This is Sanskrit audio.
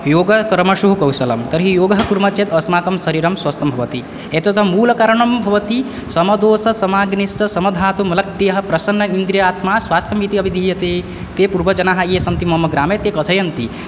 योग कर्मसु कौशलं तर्हि योगः कुर्मः चेत् अस्माकं शरिरं स्वस्थं भवति एतत् मूलकारणं भवति समदोषसमाग्निश्च समधातुमलक्रियः प्रसन्न इन्द्रियात्मा स्वास्त्यमिति अभिदीयते ते पुर्वजनाः ये सन्ति मम ग्रामे ते कथयन्ति